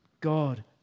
God